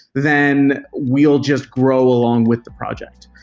then we'll just grow along with the project,